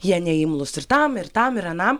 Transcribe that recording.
jie neimlūs ir tam ir tam ir anam